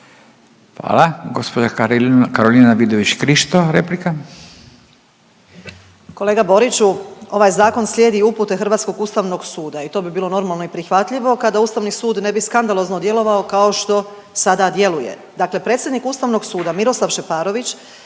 Krišto, replika. **Vidović Krišto, Karolina (OIP)** Kolega Boriću ovaj zakon slijedi upute hrvatskog Ustavnog suda i to bi bilo normalno i prihvatljivo kada Ustavni sud ne bi skandalozno djelovao kao što sada djeluje. Dakle, predsjednik Ustavnog suda Miroslav Šeparović